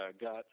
got